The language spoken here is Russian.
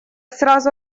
сразу